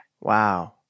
Wow